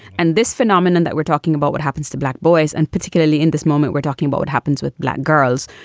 and this phenomenon that we're talking about, what happens to black boys and particularly in this moment, we're talking about what happens with black girls.